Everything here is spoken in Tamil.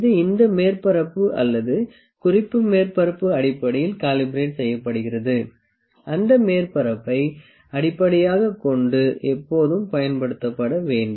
இது இந்த மேற்பரப்பு அல்லது குறிப்பு மேற்பரப்பு அடிப்படையில் காலிபரேட் செய்யப்படுகிறது அந்த மேற்பரப்பை அடிப்படையாகக் கொண்டு எப்போதும் பயன்படுத்தப்பட வேண்டும்